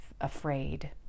afraid